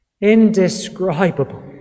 indescribable